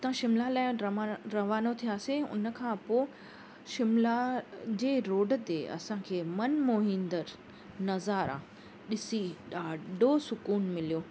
उतां शिमला लाइ रवन रवानो थियासीं उनखां पोइ शिमला जे रोड ते असांखे मन मोहिंदड़ नज़ारा ॾिसी ॾाढो सुक़ुन मिलियो